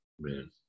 man